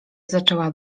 zaczęła